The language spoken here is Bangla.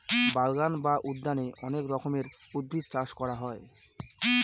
বাগান বা উদ্যানে অনেক রকমের উদ্ভিদের চাষ করা হয়